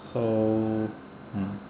so mm